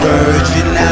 Virgin